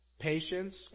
patience